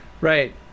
Right